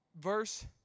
verse